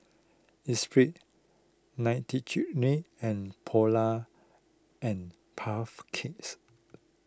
Esprit Nightingale and Polar and Puff Cakes